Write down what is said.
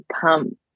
come